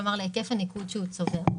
כלומר להיקף הניקוד שהוא צובר.